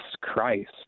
Christ